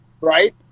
Right